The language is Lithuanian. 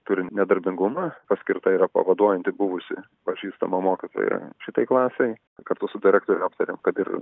turi nedarbingumą paskirta yra pavaduojanti buvusi pažįstama mokytoja šitai klasei kartu su direktore aptarėme kad ir